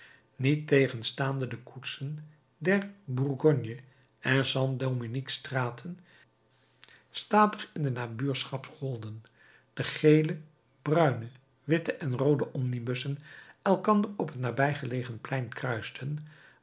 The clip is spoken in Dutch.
niettegenstaande de koetsen der bourgogne en st dominique straten statig in de nabuurschap rolden de gele bruine witte en roode omnibussen elkander op het nabijgelegen plein kruisten was